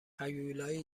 هیولایی